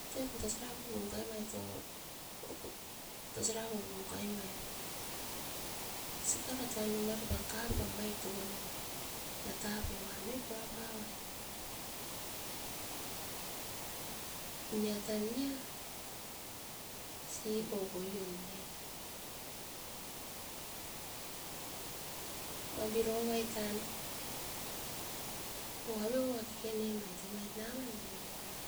Utu aipum tasi raku pam ukai mait era, sikarat van kapam mai tovone mait. Nata pai van oit pura pauait nia tan nia siko koion den ma virovaitan. O aveu ava keke nemait, era namai mai nionoi.